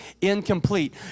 incomplete